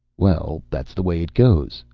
well, that's the way it goes,